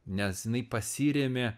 nes jinai pasirėmė